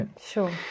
Sure